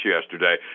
yesterday